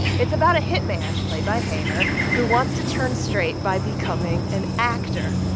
it's about a hitman, played by hader, who wants to turn straight by becoming an actor.